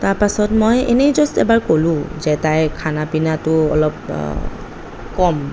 তাৰপাছত মই এনেই জাষ্ট এবাৰ ক'লো যে তাইৰ খানা পিনাটো অলপ কম